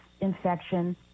infection